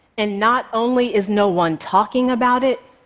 and not only is no one talking about it,